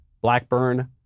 Blackburn